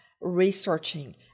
researching